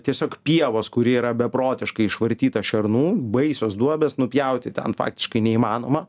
tiesiog pievos kuri yra beprotiškai išvartyta šernų baisios duobės nupjauti ten faktiškai neįmanoma